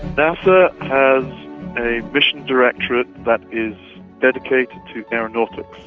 nasa has a mission directorate that is dedicated to aeronautics,